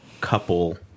couple